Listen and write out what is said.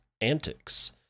antics